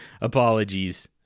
Apologies